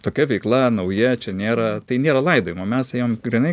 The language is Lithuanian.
tokia veikla nauja čia nėra tai nėra laidojimo mes ėjom grynai